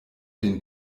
den